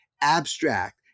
abstract